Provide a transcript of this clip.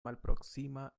malproksima